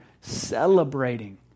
celebrating